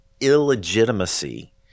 illegitimacy